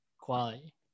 quality